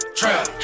trap